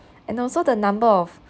and also the number of